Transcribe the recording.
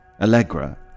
Allegra